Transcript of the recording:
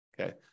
Okay